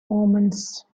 omens